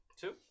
two